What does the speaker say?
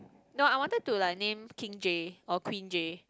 no I wanted to like name king J or queen J